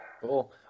cool